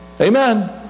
Amen